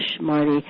Marty